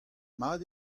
mat